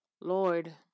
lord